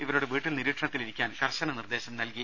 ഇവരോട് വീട്ടിൽ നിരീക്ഷണത്തിൽ ഇരിക്കാൻ കർശന നിർദ്ദേശം നൽകി